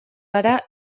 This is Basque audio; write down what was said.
gara